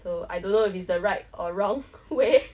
so I don't know if it's the right or wrong way